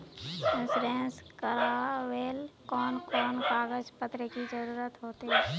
Insurance करावेल कोन कोन कागज पत्र की जरूरत होते?